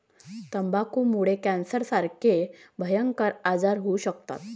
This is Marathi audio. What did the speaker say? तंबाखूमुळे कॅन्सरसारखे भयंकर आजार होऊ शकतात